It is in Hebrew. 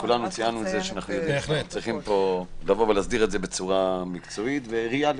כולנו ציינו שצריכים לבוא ולהסדיר את זה בצורה מקצועית וריאלית.